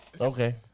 Okay